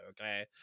okay